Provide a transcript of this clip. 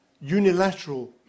Unilateral